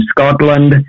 Scotland